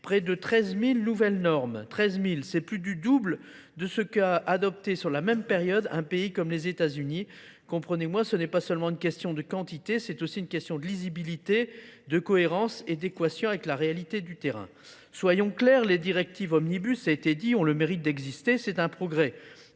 près de 13 000 nouvelles normes. 13 000, c'est plus du double de ce qu'a adopté sur la même période un pays comme les Etats-Unis. Comprenez-moi, ce n'est pas seulement une question de quantité, c'est aussi une question de lisibilité, de cohérence et d'équation avec la réalité du terrain. Soyons clairs, les directives Omnibus ont le mérite d'exister, c'est un progrès.